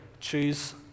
choose